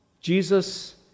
Jesus